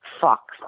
fuck